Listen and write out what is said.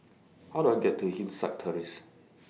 How Do I get to Hillside Terrace